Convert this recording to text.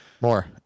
More